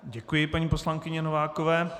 Děkuji paní poslankyni Novákové.